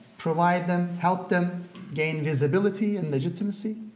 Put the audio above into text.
provide them, help them gain visibility and legitimacy,